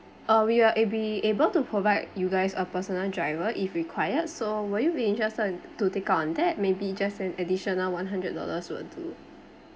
uh we will ab~ able to provide you guys a personal driver if required so will you be interested in to take on that maybe just an additional one hundred dollars or two